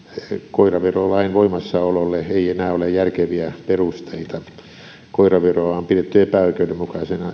koiraverolain voimassaololle ei enää ole järkeviä perusteita koiraveroa on pidetty epäoikeudenmukaisena